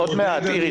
עוד מעט, איריס.